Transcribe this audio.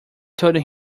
told